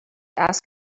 ask